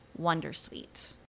wondersuite